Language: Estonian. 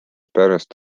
pärast